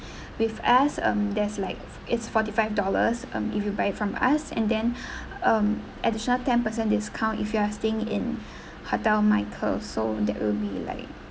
with us um there's like it's forty five dollars um if you buy it from us and then um additional ten percent discount if you are staying in hotel michael so that will be like